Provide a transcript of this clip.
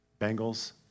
Bengals